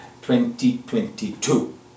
2022